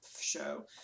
show